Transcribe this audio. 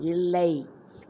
இல்லை